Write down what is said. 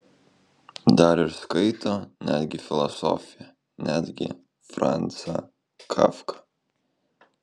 dar ir skaito netgi filosofiją netgi franzą kafką